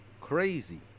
crazy